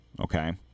Okay